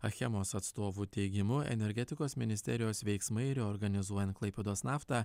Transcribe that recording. achemos atstovų teigimu energetikos ministerijos veiksmai reorganizuojant klaipėdos naftą